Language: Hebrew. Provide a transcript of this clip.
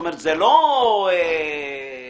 עבד אל חכים חאג' יחיא (הרשימה המשותפת):